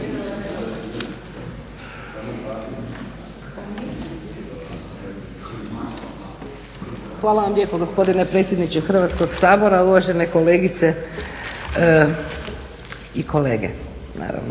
Hvala vam lijepo gospodine predsjedniče Hrvatskog sabora. Uvažene kolegice i kolege naravno,